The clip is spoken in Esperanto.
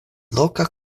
loka